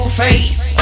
face